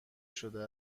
شده